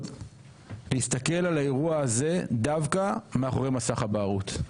להסתכל על האירוע הזה דווקא מאחורי מסך הבערות,